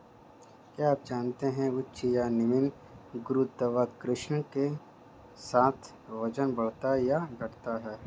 क्या आप जानते है उच्च या निम्न गुरुत्वाकर्षण के साथ वजन बढ़ता या घटता है?